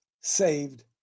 saved